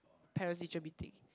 Parents teacher meeting